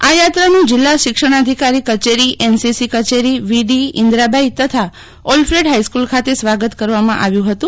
આ યાત્રાનું જીલ્લા શિક્ષણાધિકારી કચેરી એમસીસી કચેરીમ વીડી ઈન્દ્રાબાઈ તથા ઓલ્ફ્રેડ હાઇસ્કુલ ખાતે સ્વાગત કરવામના આવ્યું હતું